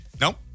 Nope